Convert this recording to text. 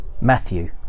Matthew